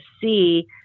see